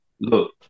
Look